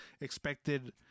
expected